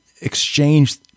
exchange